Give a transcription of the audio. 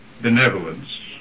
benevolence